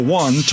one